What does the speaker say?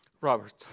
Robert